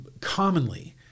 commonly